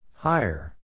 Higher